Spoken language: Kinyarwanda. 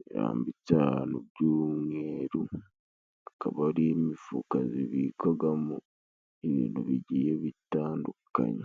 birambitsa ahantu by'umweru, akaba ari imifuka zibikwagamo ibintu bigiye bitandukanye.